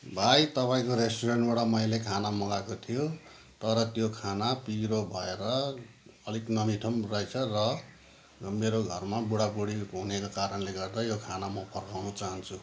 भाइ तपाईँको रेस्टुरेन्टबाट मैले खाना मगाएको थियो तर त्यो खाना पिरो भएर अलिक नमिठो पनि रहेछ र मेरो घरमा बुढाबुढी हुनेको कारणले गर्दा यो खाना म फर्काउन चाहन्छु